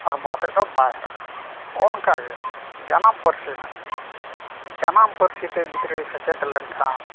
ᱦᱚᱲᱢᱚ ᱟᱛᱮᱫ ᱫᱚ ᱵᱟᱭ ᱦᱟᱨᱟᱜᱼᱟ ᱚᱱᱠᱟᱜᱮ ᱡᱟᱱᱟᱢ ᱯᱟᱹᱨᱥᱤ ᱦᱚᱸ ᱡᱟᱱᱟᱢ ᱯᱟᱹᱨᱥᱤᱛᱮ ᱜᱤᱫᱽᱨᱟᱹ ᱥᱮᱪᱮᱫ ᱞᱮᱱᱠᱷᱟᱱ